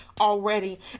already